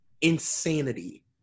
insanity